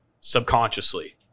subconsciously